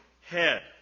head